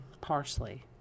Parsley